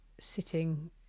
sitting